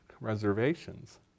reservations